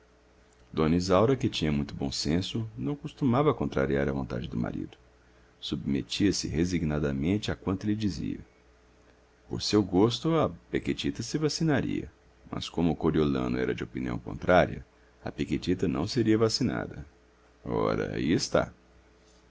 d isaura que tinha muito bom senso não costumava contrariar a vontade do marido submetia-se resignadamente a quanto ele dizia por seu gosto a pequetita se vacinaria mas como o coriolano era de opinião contrária a pequetita não seria vacinada ora aí está